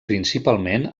principalment